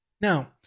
Now